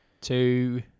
two